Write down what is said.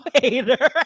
hater